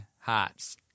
Hearts